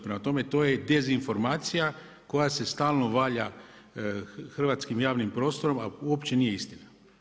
Prema tome, to je dezinformacija koja se stalno valja hrvatskim javnim prostorom, a uopće nije istina.